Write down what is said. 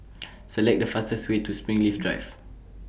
Select The fastest Way to Springleaf Drive